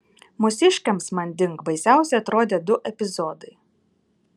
mūsiškiams manding baisiausi atrodė du epizodai